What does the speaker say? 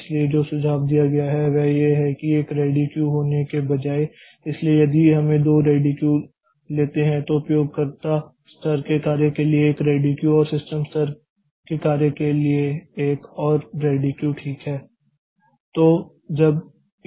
इसलिए जो सुझाव दिया गया है वह यह है कि एक रेडी क्यू होने के बजाय इसलिए यदि हमें दो रेडी क्यू लेते हैं तो उपयोगकर्ता स्तर के कार्य के लिए एक रेडी क्यू और सिस्टम स्तर की कार्य के लिए एक और रेडी क्यू ठीक है